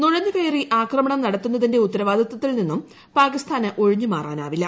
നുഴഞ്ഞുകയറി ആക്രമണം നടത്തുന്നതിന്റെ ഉത്തരവാദിതത്തിൽ നിന്നും പാകിസ്ഥാന് ഒഴിഞ്ഞു മാറാനാവില്ല